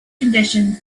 conditions